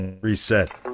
reset